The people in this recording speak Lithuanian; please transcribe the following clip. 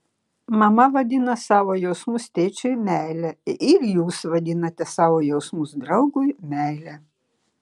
mama vadina savo jausmus tėčiui meile ir jūs vadinate savo jausmus draugui meile